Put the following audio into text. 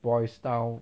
boils down